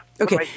Okay